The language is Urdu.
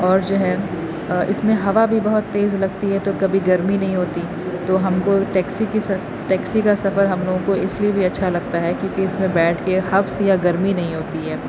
اور جو ہے اس میں ہوا بھی بہت تیز لگتی ہے تو کبھی گرمی نہیں ہوتی تو ہم کو ٹیکسی کی سف ٹیکسی کا سفر ہم لوگوں کو اس لیے بھی اچھا لگتا ہے کیوںکہ اس میں بیٹھ کے حبس یا گرمی نہیں ہوتی ہے